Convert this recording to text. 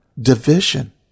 division